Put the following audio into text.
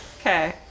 okay